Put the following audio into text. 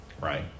Right